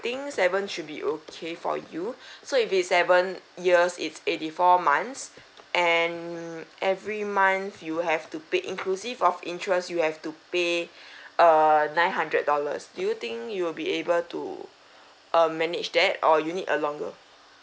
think seven should be okay for you so if it's seven years it's eighty four months and every month you have to pay inclusive of interest you have to pay uh nine hundred dollars do you think you'll be able to uh manage that or you need a longer